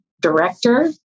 director